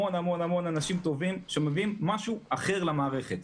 המון אנשים טובים שמביאים משהו אחר למערכת.